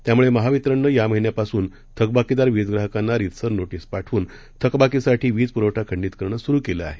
त्यामुळे महावितरणनं या महिन्यापासून थकबाकीदार वीज ग्राहकांना रीतसर नोटीस पाठवून थकबाकीसाठी वीज पुरवठा खंडित करणं सुरू केले आहे